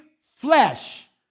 flesh